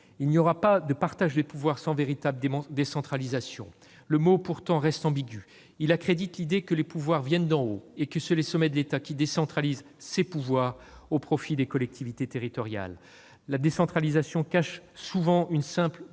il n'y aura pas de partage des pouvoirs sans véritable décentralisation. Le mot reste cependant ambigu : il accrédite l'idée que les pouvoirs viennent d'en haut et que c'est le sommet de l'État qui décentralise « ses » pouvoirs au profit des collectivités territoriales. La décentralisation cache souvent une simple déconcentration